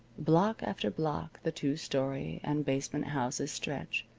block after block the two-story-and-basement houses stretch,